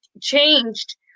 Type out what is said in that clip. changed